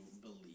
believe